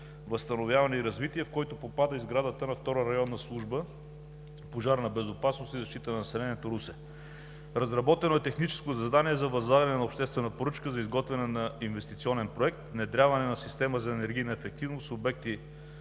възстановяване и развитие, в който попада и сградата на Втора районна служба „Пожарна безопасност и защита на населението“ – Русе. Разработено е техническо задание за възлагане на обществена поръчка за изготвяне на инвестиционен проект „Внедряване на система за енергийна ефективност“ с обекти